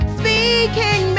speaking